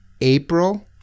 April